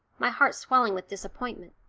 my heart swelling with disappointment.